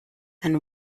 and